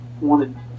wanted